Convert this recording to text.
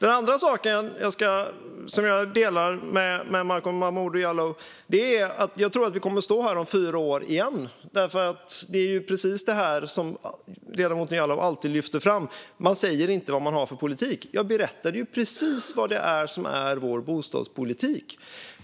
En annan sak som jag håller med Malcolm Momodou Jallow om är att jag tror att vi kommer att stå här igen om fyra år. Ledamoten Jallow lyfter alltid fram att man inte säger vad man har för politik, men jag berättade ju precis vad som ingår i vår bostadspolitik.